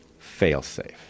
failsafe